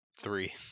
Three